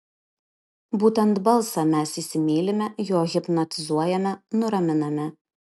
būtent balsą mes įsimylime juo hipnotizuojame nuraminame